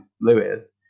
Lewis